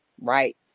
right